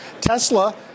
Tesla